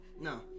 No